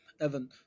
Evan